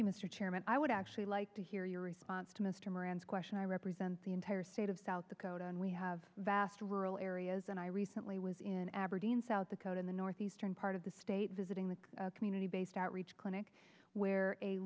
you mr chairman i would actually like to hear your response to mr moran's question i represent the entire state of south dakota and we have vast rural areas and i recently was in aberdeen south dakota in the northeastern part of the state visiting the community based outreach clinic where a